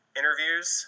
interviews